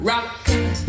Rockers